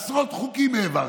עשרות חוקים העברתי.